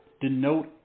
Denote